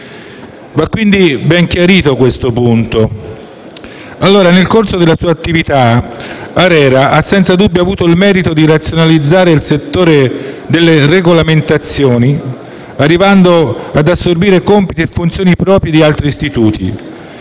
Va quindi ben chiarito questo punto. Nel corso della sua attività, l'ARERA ha senza dubbio avuto il merito di razionalizzare il settore delle regolamentazioni, arrivando ad assorbire compiti e funzioni propri di altri istituti,